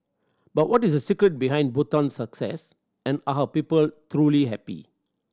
but what is the secret behind Bhutan's success and are her people truly happy